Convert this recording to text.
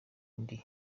indi